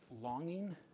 longing